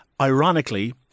Ironically